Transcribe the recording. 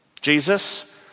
Jesus